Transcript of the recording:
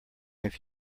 have